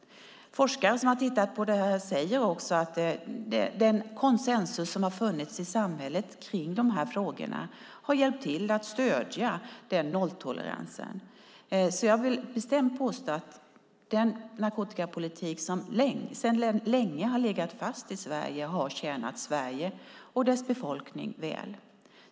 Forskare som har tittat på detta säger att den konsensus som har funnits i samhället kring de här frågorna har hjälpt till att stödja den nolltoleransen. Jag vill bestämt påstå att den narkotikapolitik som sedan länge har legat fast i Sverige har tjänat Sverige och dess befolkning väl.